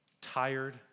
tired